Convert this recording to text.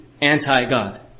anti-God